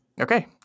Okay